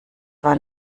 war